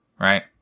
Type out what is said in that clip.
Right